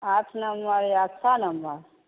आठ नम्मर या छओ नम्मर